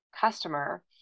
customer